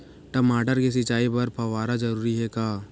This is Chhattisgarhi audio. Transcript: टमाटर के सिंचाई बर फव्वारा जरूरी हे का?